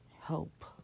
help